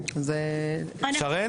שרן?